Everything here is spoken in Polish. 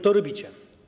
To robicie.